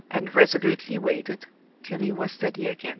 and resolutely waited till he was steady again.